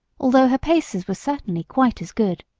although her paces were certainly quite as good.